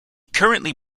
currently